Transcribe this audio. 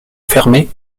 fermée